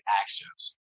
actions